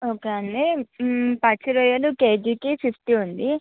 okay అండి పచ్చి రొయ్యలు కేజీ ఫిఫ్టీ ఉంది